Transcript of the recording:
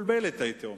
מבולבלת, הייתי אומר.